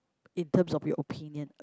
in terms of your opinion